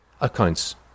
accounts